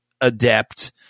adept